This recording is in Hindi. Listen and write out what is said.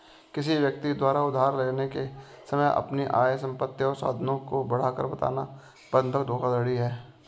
किसी व्यक्ति द्वारा उधार लेने के समय अपनी आय, संपत्ति या साधनों की बढ़ाकर बताना बंधक धोखाधड़ी है